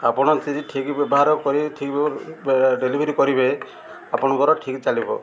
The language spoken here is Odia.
ଆପଣ ଠିକ୍ ବ୍ୟବହାର କରି ଠିକ୍ ଡେଲିଭରି କରିବେ ଆପଣଙ୍କର ଠିକ୍ ଚାଲିବ